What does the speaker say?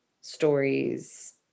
stories